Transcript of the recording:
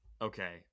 Okay